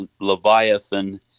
Leviathan